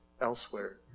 elsewhere